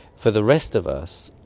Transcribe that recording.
for the rest of us,